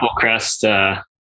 Applecrest